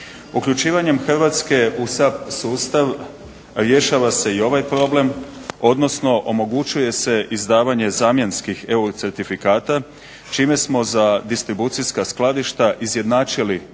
Uključivanjem Hrvatske u SAP sustav rješava se i ovaj problem odnosno omogućuje se izdavanje zamjenskih EU certifikata čime smo za distribucijska skladišta izjednačili